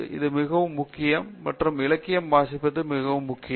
இது மிகவும் முக்கியம் மற்றும் இலக்கியம் வாசிப்பது மிக முக்கியம்